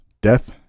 Death